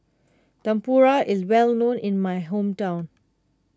Tempura is well known in my hometown